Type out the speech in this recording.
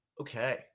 Okay